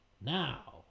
now